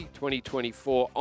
2024